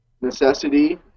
necessity